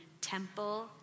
Temple